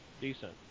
decent